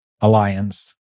alliance